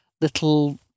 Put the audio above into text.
little